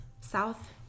south